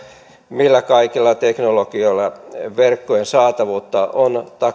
millä kaikilla teknologioilla verkkojen saatavuutta on